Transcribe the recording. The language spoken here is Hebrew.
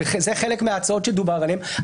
וזה חלק מההצעות שדובר עליהן,